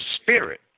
spirit